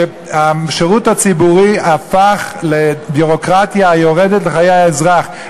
שהשירות הציבורי הפך לביורוקרטיה היורדת לחיי האזרח,